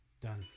Done